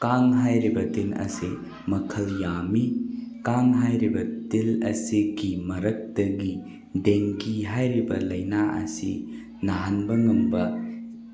ꯀꯥꯡ ꯍꯥꯏꯔꯤꯕ ꯇꯤꯟ ꯑꯁꯤ ꯃꯈꯜ ꯌꯥꯝꯃꯤ ꯀꯥꯡ ꯍꯥꯏꯔꯤꯕ ꯇꯤꯜ ꯑꯁꯤꯒꯤ ꯃꯔꯛꯇꯒꯤ ꯗꯦꯡꯒꯤ ꯍꯥꯏꯔꯤꯕ ꯂꯩꯅ ꯑꯁꯤ ꯅꯍꯥꯟꯕ ꯉꯝꯕ